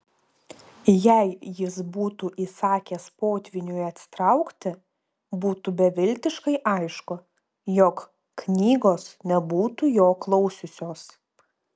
jei jis būtų įsakęs potvyniui atsitraukti būtų beviltiškai aišku jog knygos nebūtų jo klausiusios